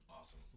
awesome